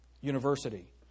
University